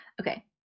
Okay